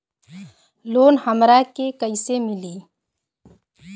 Loan हमरा के कईसे मिली?